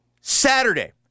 Saturday